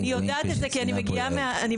אני יודעת את זה, כי אני מגיעה מהתחום.